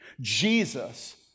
Jesus